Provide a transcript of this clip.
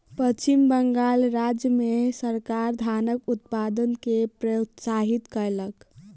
पश्चिम बंगाल राज्य मे सरकार धानक उत्पादन के प्रोत्साहित कयलक